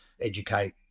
educate